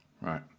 Right